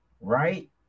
Right